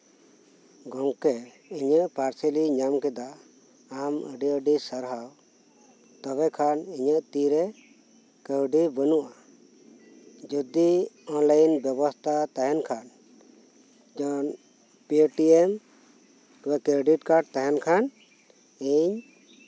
ᱜᱚᱝᱠᱮ ᱤᱧᱟᱹᱜ ᱯᱟᱨᱥᱮᱞᱤᱧ ᱧᱮᱞ ᱠᱮᱫᱟ ᱟᱢ ᱟᱹᱰᱤᱼᱟᱹᱰᱤ ᱥᱟᱨᱦᱟᱣ ᱛᱚᱵᱮᱠᱷᱟᱱ ᱤᱧᱟᱹᱜ ᱛᱤ ᱨᱮ ᱠᱟᱹᱣᱰᱤ ᱵᱟᱹᱱᱩᱜᱼᱟ ᱡᱩᱫᱤ ᱚᱱᱞᱟᱭᱤᱱ ᱵᱮᱵᱚᱥᱛᱟ ᱛᱟᱦᱮᱱ ᱠᱷᱟᱱ ᱡᱮᱢᱚᱱ ᱯᱮᱴᱤᱮᱢ ᱠᱚ ᱟᱨ ᱠᱨᱮᱰᱤᱴ ᱠᱟᱨᱰ ᱛᱟᱦᱮᱱ ᱠᱷᱟᱱ ᱤᱧ